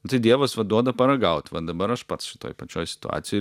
tai dievas va duoda paragaut va dabar aš pats šitoj pačioj situacijoj